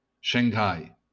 Shanghai